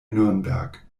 nürnberg